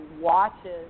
watches